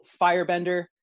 firebender